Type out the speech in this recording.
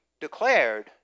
declared